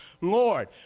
Lord